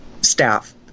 staff